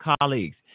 colleagues